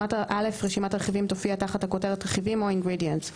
(א) רשימת הרכיבים תופיע תחת הכותרת "רכיבים" או "Ingredients";